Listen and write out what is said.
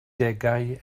degau